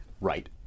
right